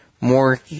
More